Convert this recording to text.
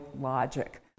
logic